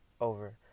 over